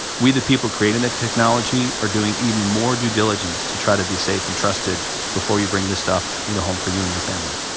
we the people created that technology are doing even more due diligence to try to be safe and trusted before you bring this stuff you know home for you and your family.